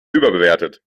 überbewertet